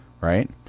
Right